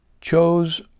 chose